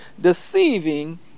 deceiving